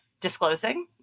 disclosing